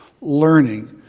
learning